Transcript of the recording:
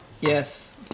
Yes